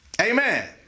Amen